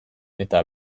eta